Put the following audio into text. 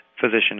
physician